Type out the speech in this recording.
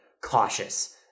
cautious